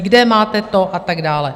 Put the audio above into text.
Kde máte to, a tak dále?